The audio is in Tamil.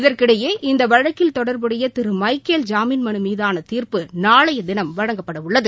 இதற்கிடையே இந்த வழக்கில் தொடர்புடைய திரு மைக்கேல் ஜாமீன் மனு மீதான தீர்ப்பு நாளைய தினம் வழங்கப்படவுள்ளது